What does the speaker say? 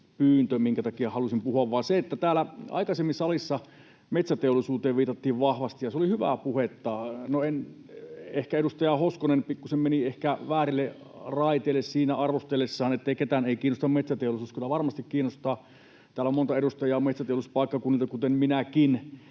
minkä takia halusin puheenvuoron pyytää, vaan täällä salissa aikaisemmin metsäteollisuuteen viitattiin vahvasti, ja se oli hyvää puhetta. No, ehkä edustaja Hoskonen meni pikkusen väärille raiteille arvostellessaan, että ketään ei kiinnosta metsäteollisuus. Kyllä varmasti kiinnostaa. Täällä on monta edustajaa metsäteollisuuspaikkakunnilta, kuten minäkin,